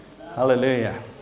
Hallelujah